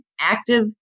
active